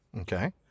Okay